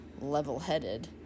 level-headed